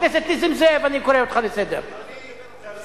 חבר